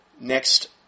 Next